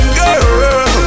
girl